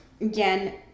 again